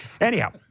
Anyhow